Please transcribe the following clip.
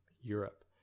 Europe